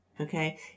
Okay